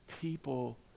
People